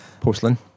Porcelain